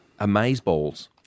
amazeballs